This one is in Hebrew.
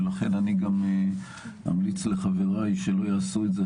ולכן אני גם אמליץ לחבריי שלא יעשו את זה,